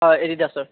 হয় এডিডাছৰ